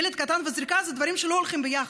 ילד קטן וזריקה אלו דברים שלא הולכים ביחד,